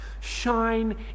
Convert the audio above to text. shine